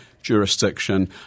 jurisdiction